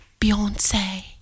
Beyonce